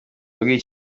yabwiye